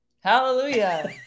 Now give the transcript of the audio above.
Hallelujah